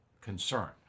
concern